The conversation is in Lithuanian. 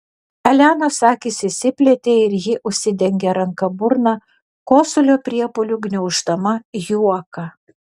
elenos akys išsiplėtė ir ji užsidengė ranka burną kosulio priepuoliu gniauždama juoką